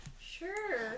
Sure